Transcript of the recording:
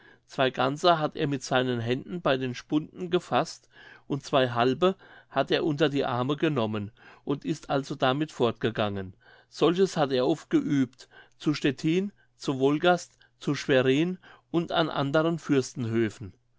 zwei ganze hat er mit seinen händen bei den spunden gefaßt und zwei halbe hat er unter die arme genommen und ist also damit fortgegangen solches hat er oft geübt zu stettin zu wolgast zu schwerin und an anderen